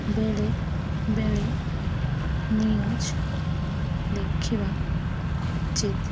ବେଳେ ବେଳେ ନ୍ୟୁଜ୍ ଦେଖିବା ଉଚିତ